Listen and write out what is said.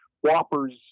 whoppers